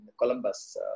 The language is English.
Columbus